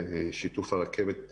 בשיתוף הרכבת,